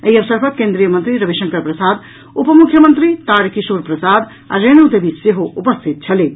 एहि अवसर पर केन्द्रीय मंत्री रविशंकर प्रसाद उपमुख्यमंत्री तारकिशोर प्रसाद आ रेणु देवी सेहो उपस्थित छलीह